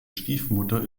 stiefmutter